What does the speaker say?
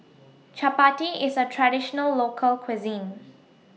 Chapati IS A Traditional Local Cuisine